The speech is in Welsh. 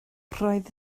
roedd